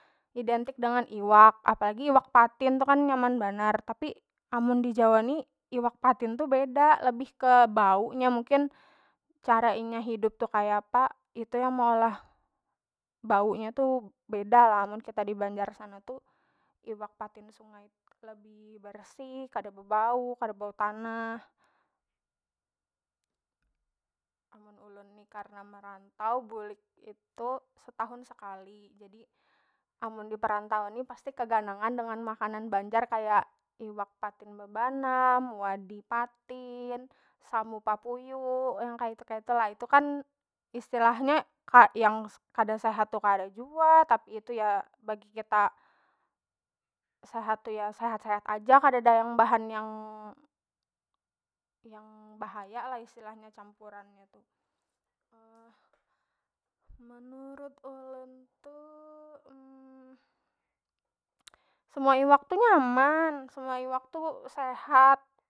Identik dengan iwak apalagi iwak patin tu kan nyaman banar tapi amun di jawa ni ikan patin tu beda lebih kek bau nya mungkin cara inya hidup tu kaya apa itu yang meolah bau nya tu beda lah amun kita di banjar sana tu iwak patin sungai lebih bersih kada bebau kada bau tanah. Amun ulun ni karna merantau bulik itu setahun sekali jadi amun diperantauan ni pasti keganangan dengan makanan banjar kaya iwak patin bebanam, wadi patin, samu papuyu yang kaitu kaitu lah itu kan istilahnya ka yang kada sehat tu kada jua tapi itu ya bagi kita sehat tu ya sehat- sehat aja kadada bahan yang- yang bahaya lah istilahnya campurannya tu. menurut ulun tu semua iwak tu nyaman semua iwak tu sehat.